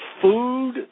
Food